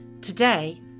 Today